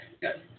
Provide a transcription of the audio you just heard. good